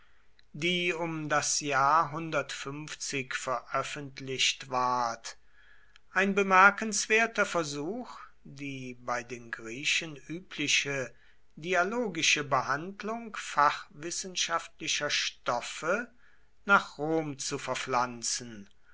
die um das jahr veröffentlicht ward ein bemerkenswerter versuch die bei den griechen übliche dialogische behandlung fachwissenschaftlicher stoffe nach rom zu verpflanzen